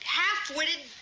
half-witted